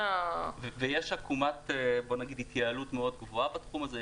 ויש עקומת התייעלות מאוד גבוהה בתחום הזה,